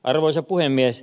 arvoisa puhemies